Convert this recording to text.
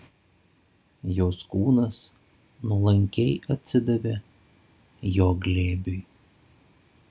jos kūnas nuolankiai atsidavė jo glėbiui